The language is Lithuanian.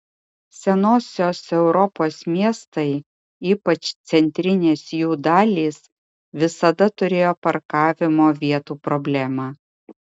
senosios europos miestai ypač centrinės jų dalys visada turėjo parkavimo vietų problemą